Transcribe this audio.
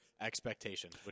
expectations